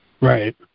Right